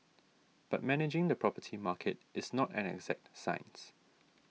but managing the property market is not an exact science